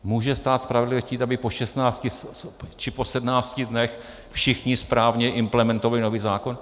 Může stát spravedlivě chtít, aby po šestnácti či po sedmnácti dnech všichni správně implementovali nový zákon?